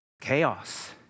chaos